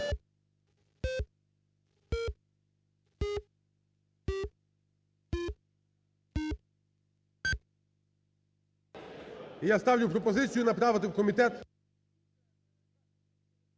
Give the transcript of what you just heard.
я ставлю пропозицію направити у комітет…